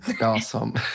Awesome